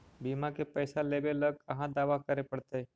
बिमा के पैसा लेबे ल कहा दावा करे पड़तै?